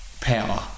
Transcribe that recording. power